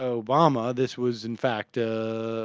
obama this was in fact ah.